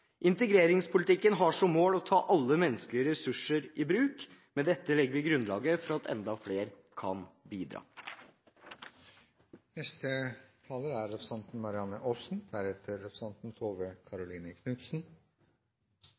Integreringspolitikken har som mål å ta alle menneskelige ressurser i bruk. Med dette legger vi grunnlaget for at enda flere kan bidra. Norge er